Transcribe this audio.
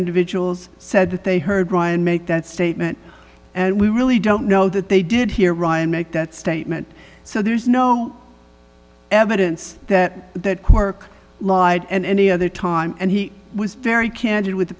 individuals said that they heard brian make that statement and we really don't know that they did hear ryan make that statement so there's no evidence that that quirk lied and any other time and he was very candid with the